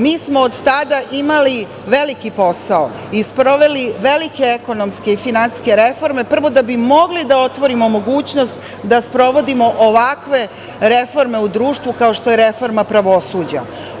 Mi smo od tada imali veliki posao i sproveli velike ekonomske i finansijske reforme prvo da bi mogli da otvorimo mogućnost da sprovodimo ovakve reforme u društvu kao što je reforma pravosuđa.